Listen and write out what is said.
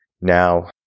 Now